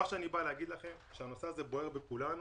אני בא לומר לכם שהנושא הזה בוער בכולנו